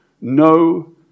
No